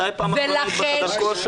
מתי פעם אחרונה היית בחדר כושר?